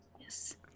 Yes